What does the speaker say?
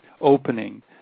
opening